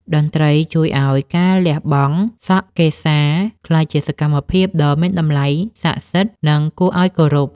តន្ត្រីជួយឱ្យការលះបង់សក់កេសា ក្លាយជាសកម្មភាពដ៏មានតម្លៃ សក្ដិសិទ្ធិ និងគួរឱ្យគោរព។